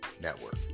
network